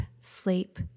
sleep